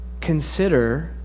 Consider